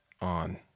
on